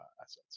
assets